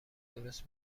درست